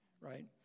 right